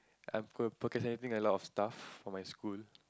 I'm procrastinating a lot of stuff for my school